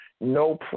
No